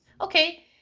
okay